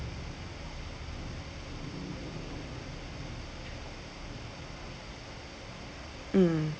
mm